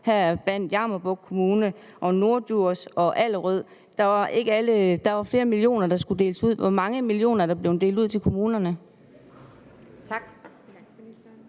heriblandt Jammerbugt Kommune, Norddjurs Kommune og Allerød Kommune. Der var flere millioner, der skulle deles ud. Hvor mange millioner er der blevet delt ud til kommunerne? Kl.